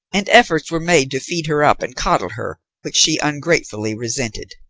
and efforts were made to feed her up and coddle her, which she ungratefully resented.